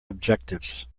objectives